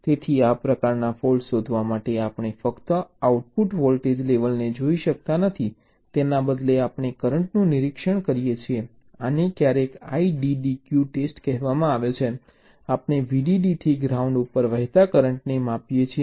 તેથી આ પ્રકારના ફૉલ્ટ્ શોધવા માટે આપણે ફક્ત આઉટપુટ વોલ્ટેજ લેવલને જોઈ શકતા નથી તેના બદલે આપણે કરંટનું નિરીક્ષણ કરીએ છીએ આને ક્યારેક IDDQ ટેસ્ટ કહેવામાં આવે છે આપણે VDD થી ગ્રાઉન્ડ ઉપર વહેતા કરંટને માપીએ છીએ